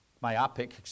myopic